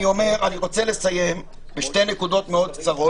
אני רוצה לסיים בשתי נקודות מאוד קצרות,